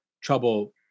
trouble